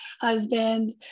husband